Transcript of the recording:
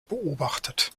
beobachtet